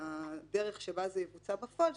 והדרך שבה זה יבוצע בפועל,